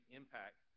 impact